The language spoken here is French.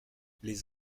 les